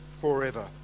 forever